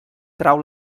trau